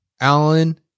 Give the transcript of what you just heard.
Alan